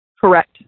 correct